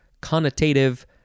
connotative